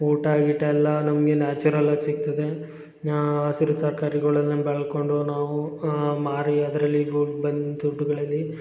ಊಟ ಗೀಟ ಎಲ್ಲ ನಮಗೆ ನ್ಯಾಚುರಲ್ಲಾಗಿ ಸಿಗ್ತದೆ ಹಸಿರು ತರ್ಕಾರಿಗಳನ್ನ ಬೆಳ್ಕೊಂಡು ನಾವು ಮಾರಿ ಅದರಲ್ಲಿ ಬಂದ ದುಡ್ಡುಗಳಲ್ಲಿ